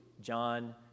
John